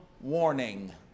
warning